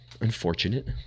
unfortunate